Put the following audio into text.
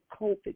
COVID